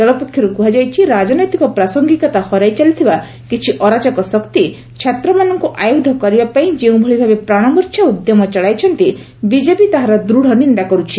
ଦଳପକ୍ଷରୁ କୁହାଯାଇଛି ରାଜନୈତିକ ପ୍ରାସଙ୍ଗିକତା ହରାଇ ଚାଲିଥିବା କିଛି ଅରାଜକ ଶକ୍ତି ଛାତ୍ରମାନଙ୍କୁ ଆୟୁଧ କରିବାପାଇଁ ଯେଉଁଭଳି ଭାବେ ପ୍ରାଣମୂର୍ଚ୍ଛା ଉଦ୍ୟମ ଚଳାଇଛନ୍ତି ବିଜେପି ତାହାର ଦୂଢ଼ ନିନ୍ଦା କରୁଛି